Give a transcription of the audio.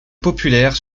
populaire